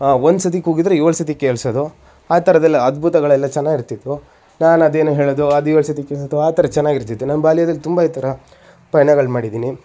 ಒಂದು ಸತಿ ಕೂಗಿದರೆ ಏಳು ಸತಿ ಕೇಳಿಸೋದು ಆ ಥರದ್ದೆಲ್ಲ ಅದ್ಭುತಗಳೆಲ್ಲ ಚೆನ್ನಾಗಿರ್ತಿದ್ವು ನಾನದೇನೋ ಹೇಳೋದು ಅದು ಏಳು ಸತಿ ಕೇಳೋದು ಆ ಥರ ಚೆನ್ನಾಗಿರ್ತಿತ್ತು ನಮ್ಮ ಬಾಲ್ಯದಲ್ಲಿ ತುಂಬ ಈ ಥರ ಪಯಣಗಳು ಮಾಡಿದ್ದೀನಿ